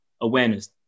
awareness